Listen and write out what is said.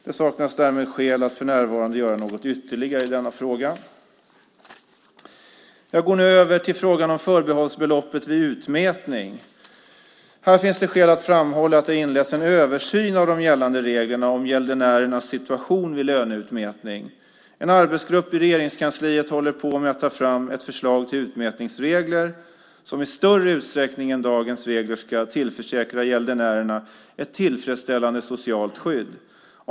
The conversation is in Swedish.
Det saknas därmed skäl att för närvarande göra något ytterligare i denna fråga. Jag går nu över till frågan om förbehållsbeloppet vid utmätning. Här finns det skäl att framhålla att det har inletts en översyn av de gällande reglerna om gäldenärernas situation vid löneutmätning. En arbetsgrupp i Regeringskansliet håller på med att ta fram ett förslag till utmätningsregler som i större utsträckning än dagens regler ska tillförsäkra gäldenärerna ett tillfredsställande socialt skydd.